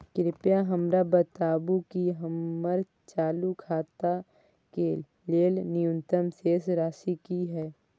कृपया हमरा बताबू कि हमर चालू खाता के लेल न्यूनतम शेष राशि की हय